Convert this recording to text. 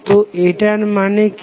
তো এটার মানে কি